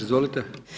Izvolite.